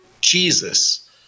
Jesus